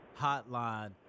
Hotline